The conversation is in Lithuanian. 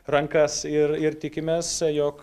rankas ir ir tikimės jog